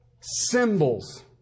symbols